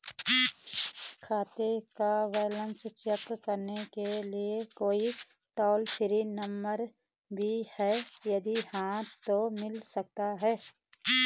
खाते का balance check करने के लिए कोई टॉल फ्री नम्बर भी है यदि हाँ तो मिल सकता है?